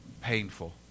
painful